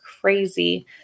crazy